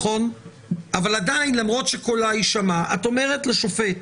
אבל עדיין למרות שקולה יישמע את אומרת לשופט